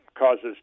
causes